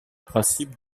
principe